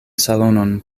salonon